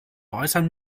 äußern